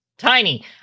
Tiny